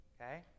okay